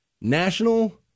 National